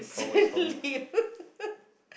sleep